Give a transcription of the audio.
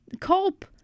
cope